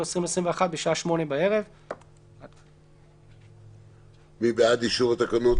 2021) בשעה 20:00". " מי בעד אישור התקנות,